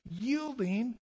yielding